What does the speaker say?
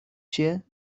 چیه